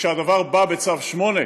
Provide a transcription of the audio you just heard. שכשהדבר בא בצו 8,